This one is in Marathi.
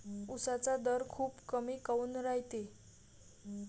उसाचा दर खूप कमी काऊन रायते?